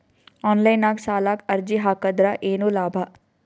Online ನಾಗ್ ಸಾಲಕ್ ಅರ್ಜಿ ಹಾಕದ್ರ ಏನು ಲಾಭ?